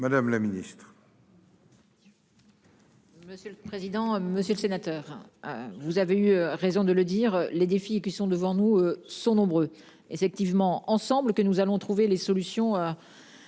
Madame la Ministre.--